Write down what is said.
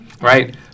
Right